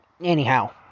anyhow